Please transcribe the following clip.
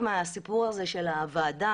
אני מדברת על כך שצולם במשך ארבעה חודשים.